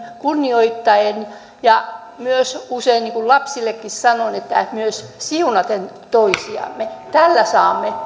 kunnioittaen ja myös niin kuin usein lapsillekin sanon siunaten toisiamme tällä saamme